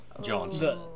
Johnson